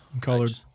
Colored